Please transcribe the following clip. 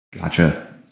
Gotcha